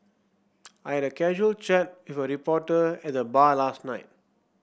I had casual chat with a reporter at the bar last night